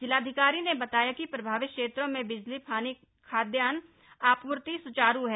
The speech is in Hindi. जिलाधिकारी ने बताया कि प्रभावित क्षेत्रों में बिजली पानी खाद्यान्न आपूर्ति सुचारू है